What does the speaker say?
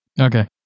Okay